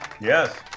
Yes